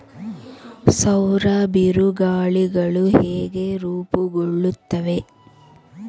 ಸೌರ ಬಿರುಗಾಳಿಗಳು ಹೇಗೆ ರೂಪುಗೊಳ್ಳುತ್ತವೆ?